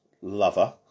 lover